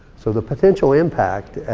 so the potential impact,